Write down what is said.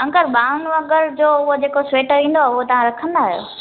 uncle बाहुनि वगर जो उअ जेको सीटरु ईंदव उहो तव्हां रखंदा आहियो